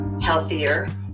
healthier